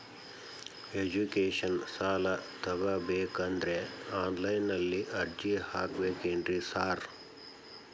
Education ಸಾಲ ತಗಬೇಕಂದ್ರೆ online ನಲ್ಲಿ ಅರ್ಜಿ ಹಾಕ್ಬೇಕೇನ್ರಿ ಸಾರ್?